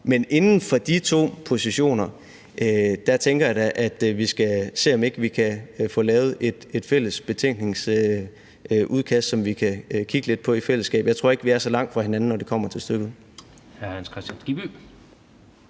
Men inden for de to positioner tænker jeg da at vi skal se om ikke vi kan få lavet et fælles betænkningsudkast, som vi kan kigge lidt på i fællesskab. Jeg tror ikke, vi er så langt fra hinanden, når det kommer til stykket.